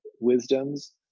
wisdoms